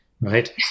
right